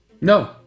No